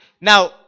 Now